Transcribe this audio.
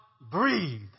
Breathe